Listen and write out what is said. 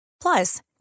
Plus